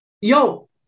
Yo